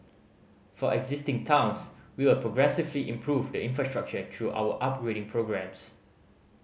for existing towns we will progressively improve the infrastructure through our upgrading programmes